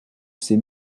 ces